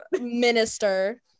Minister